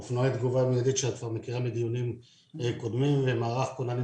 אופנועי תגובה מיידית שאת כבר מכירה מדיונים קודמים ומערך כוננים